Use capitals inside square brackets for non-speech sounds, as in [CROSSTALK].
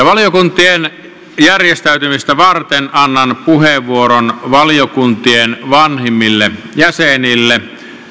[UNINTELLIGIBLE] valiokuntien järjestäytymistä varten annan puheenvuoron valiokuntien vanhimmille jäsenille